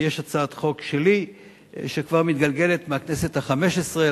ויש הצעת חוק שלי שכבר מתגלגלת מהכנסת החמש-עשרה.